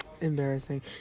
Embarrassing